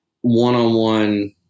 one-on-one